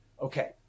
Okay